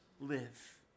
live